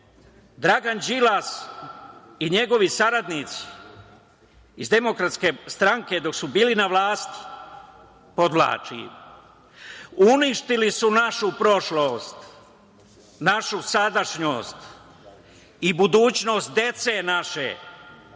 Dragan Đilas i njegovi saradnici iz DS, dok su bili na vlasti, podvlačim, uništili su našu prošlost, našu sadašnjost i budućnost dece naše.